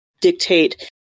dictate